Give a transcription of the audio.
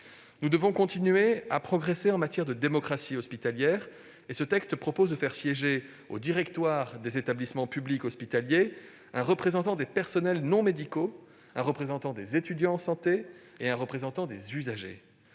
Nous devons continuer à progresser en matière de démocratie hospitalière. À cet égard, ce texte prévoit de faire siéger au sein du directoire des établissements publics hospitaliers un représentant des personnels non médicaux, un représentant des étudiants en santé et un représentant des usagers.